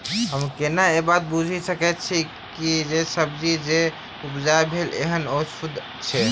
हम केना ए बात बुझी सकैत छी जे सब्जी जे उपजाउ भेल एहन ओ सुद्ध अछि?